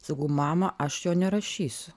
sakau mama aš jo nerašysiu